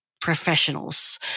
professionals